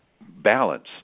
balance